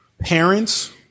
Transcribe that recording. parents